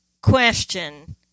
question